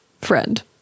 Friend